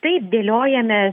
taip dėliojamės